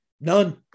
None